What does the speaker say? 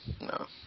No